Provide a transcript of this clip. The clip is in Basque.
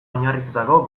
oinarritutako